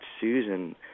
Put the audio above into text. Susan